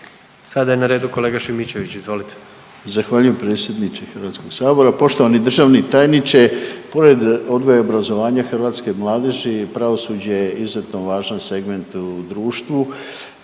Sada je na redu kolega Šimičević, izvolite. **Šimičević, Rade (HDZ)** Zahvaljujem predsjedniče HS-a. Poštovani državni tajniče. Pored odgoja i obrazovanja hrvatske mladeži pravosuđe je izuzetno važan segment u društvu,